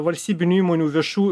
valstybinių įmonių viešų